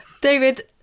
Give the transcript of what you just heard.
David